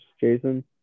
Jason